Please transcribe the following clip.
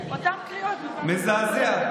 מזעזע.